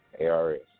ARS